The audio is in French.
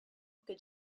que